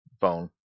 phone